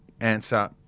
answer